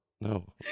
No